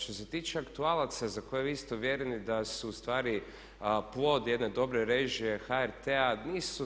Što se tiče aktualaca za koje vi ste uvjereni da su ustvari plod jedne dobre režije HRT-a, nisu.